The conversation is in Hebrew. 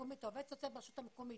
העובדת סוציאלית ברשות המקומית,